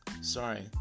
Sorry